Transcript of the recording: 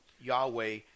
Yahweh